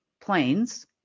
planes